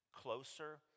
closer